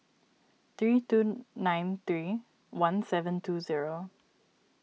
three two nine three one seven two zero